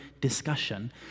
discussion